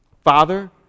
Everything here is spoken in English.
Father